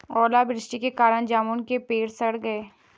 ओला वृष्टि के कारण जामुन के पेड़ सड़ गए